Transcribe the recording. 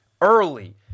early